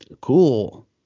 cool